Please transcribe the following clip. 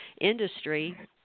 industry